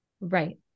Right